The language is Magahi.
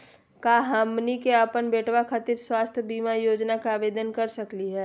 का हमनी के अपन बेटवा खातिर स्वास्थ्य बीमा योजना के आवेदन करे सकली हे?